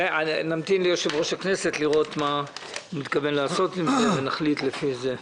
נמתין ליושב-ראש הכנסת לראות מה הוא מתכוון לעשות ונחליט לפי זה.